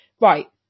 Right